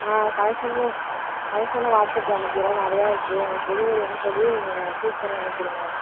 ஆ கலெசன்லாம் கலெசன் வாட்ஸாப்பில் அனுப்பிடுறேன் நிறையா இருக்குது உங்களுக்கு எது வேணும்னு சொல்லி நீங்கள் சூஸ் பண்ணி அனுப்பி விடுங்க